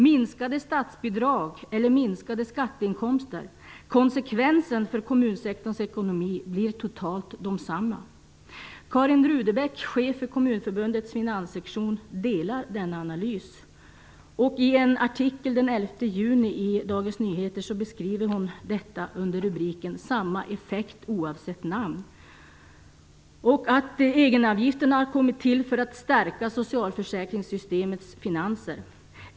Minskade statsbidrag eller minskade skatteinkomster - konsekvenserna för kommunsektorns ekonomi blir totalt desamma. Karin Rudebeck, chef för Kommunförbundets finanssektion delar denna analys. I en artikel med rubriken "Samma effekt oavsett namn" i Dagens Nyheter den 11 juni, skriver hon: "att egenavgifterna har kommit till för att stärka socialförsäkringssystemets finanser.